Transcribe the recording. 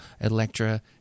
Electra